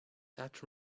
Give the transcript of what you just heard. that